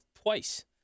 twice